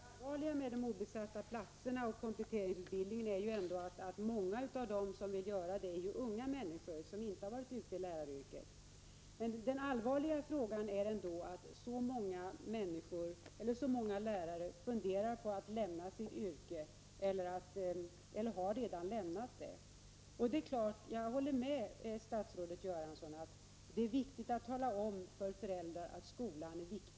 Fru talman! Det allvarliga med de obesatta platserna och kompletteringsutbildningen är att många av dem som vill komplettera är unga människor som inte har varit ute i läraryrket. Men det allvarligaste är ändå att så många lärare funderar på att lämna sitt yrke eller redan har gjort det. Jag håller med statsrådet Göransson om att det är viktigt att tala om för föräldrar att skolan är viktig.